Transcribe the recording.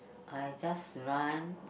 I just run